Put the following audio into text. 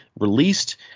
released